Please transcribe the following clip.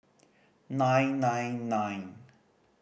nine nine nine